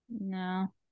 No